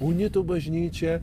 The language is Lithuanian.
unitų bažnyčia